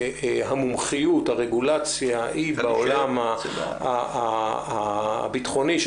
המומחיות והרגולציה בעולם הביטחוני היא של